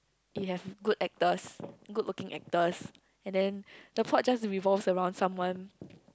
it have good actors good looking actors and then the plot just revolve around someone